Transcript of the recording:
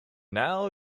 now